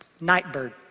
Nightbird